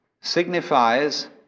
signifies